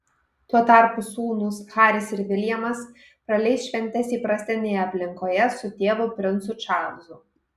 tuo tarpu sūnūs haris ir viljamas praleis šventes įprastinėje aplinkoje su tėvu princu čarlzu